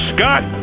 Scott